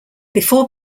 before